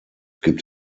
gibt